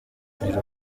amateka